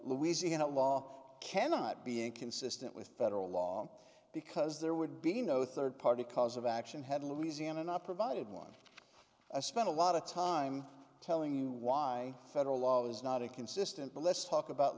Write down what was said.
louisiana law cannot be inconsistent with federal law because there would be no third party cause of action had louisiana not provided one a spent a lot of time telling you why federal law is not a consistent bill let's talk about